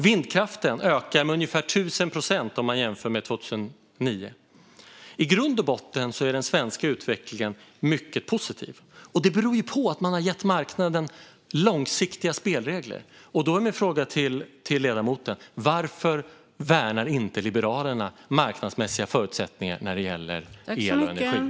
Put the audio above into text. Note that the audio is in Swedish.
Vindkraften ökar med ungefär 1 000 procent om man jämför med 2009. I grund och botten är den svenska utvecklingen mycket positiv, och det beror på att man har gett marknaden långsiktiga spelregler. Min fråga till ledamoten är: Varför värnar inte Liberalerna marknadsmässiga förutsättningar när det gäller el och energi?